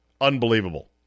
Unbelievable